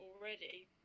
already